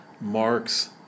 marks